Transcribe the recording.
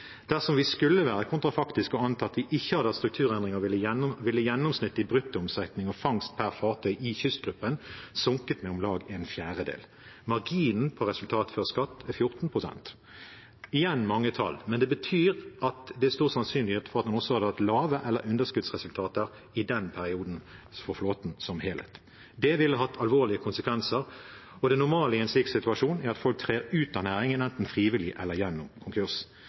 Dersom vi skulle være kontrafaktiske og anta at vi ikke hadde hatt strukturendringer, ville gjennomsnittet i bruttoomsetning og fangst per fartøy i kystgruppen sunket med om lag en fjerdedel. Marginen på resultat før skatt er 14 pst. Igjen: Dette er mange tall, men det betyr at det er stor sannsynlighet for at det er noen som ville hatt lave resultater eller underskuddsresultater i den perioden, for flåten som helhet. Det ville hatt alvorlige konsekvenser, og det normale i en slik situasjon er at folk trer ut av næringen, enten frivillig eller gjennom konkurs.